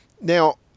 Now